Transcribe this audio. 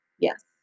Yes